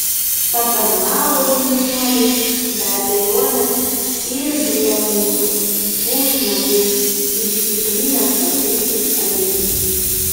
patarnavo jaunuoliai be abejonės irgi eunuchai pusnuogiai išsitrynę kvapiaisiais aliejais